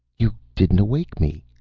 you didn't awake me,